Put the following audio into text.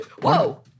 Whoa